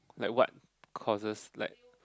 like what causes like